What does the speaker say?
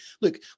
look